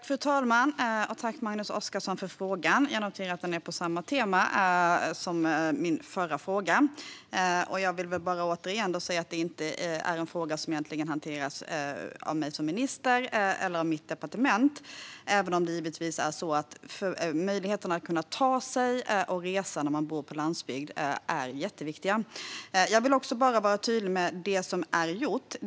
Fru talman! Tack, Magnus Oscarsson, för frågan! Jag noterar att den är på samma tema som den förra jag fick, och jag vill återigen säga att detta egentligen inte är en fråga som hanteras av mig som minister eller mitt departement - även om möjligheterna att ta sig runt och resa när man bor på landsbygden är jätteviktiga. Jag vill vara tydlig med det som är gjort.